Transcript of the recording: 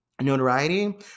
notoriety